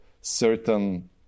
certain